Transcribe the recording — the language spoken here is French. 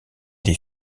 des